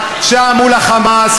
שם מול ה"חמאס",